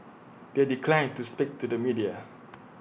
they declined to speak to the media